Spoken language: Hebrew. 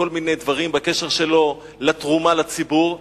כל מיני דברים בקשר לתרומה שלו לציבור,